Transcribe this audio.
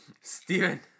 Steven